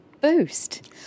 boost